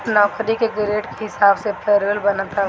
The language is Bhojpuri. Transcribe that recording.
नौकरी के ग्रेड के हिसाब से पेरोल बनत हवे